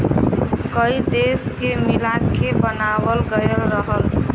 कई देश के मिला के बनावाल गएल रहल